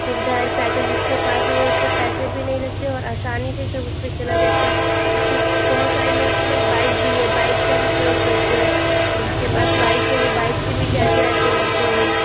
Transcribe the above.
सुविधा है साइकिल जिसके पास है वो उसके पैसे भी नहीं लगते और आसानी से सब उस पर चला जाता है बहुत सारे लोगों के पास बाइक भी है बाइक का भी प्रयोग करते हैं जिसके पास बाइक है वो बाइक से भी जाते आते रहते हैं